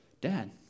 Dad